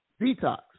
detox